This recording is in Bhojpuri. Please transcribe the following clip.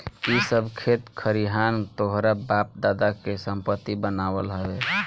इ सब खेत खरिहान तोहरा बाप दादा के संपत्ति बनाल हवे